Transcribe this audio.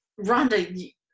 Rhonda